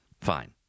fine